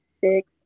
six